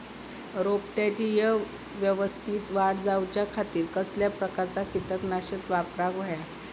रोपट्याची यवस्तित वाढ जाऊच्या खातीर कसल्या प्रकारचा किटकनाशक वापराक होया?